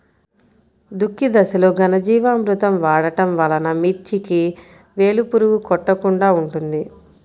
దుక్కి దశలో ఘనజీవామృతం వాడటం వలన మిర్చికి వేలు పురుగు కొట్టకుండా ఉంటుంది?